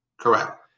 Correct